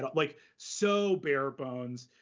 like, so bare bones.